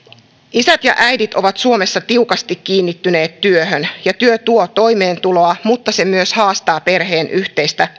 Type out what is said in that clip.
isät ja äidit ovat suomessa tiukasti kiinnittyneet työhön ja työ tuo toimeentuloa mutta se myös haastaa perheen yhteistä